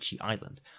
Island